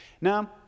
Now